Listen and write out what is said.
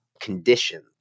condition